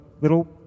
little